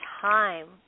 time